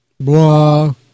blah